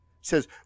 says